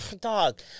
dog